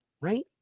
right